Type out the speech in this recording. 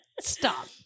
Stop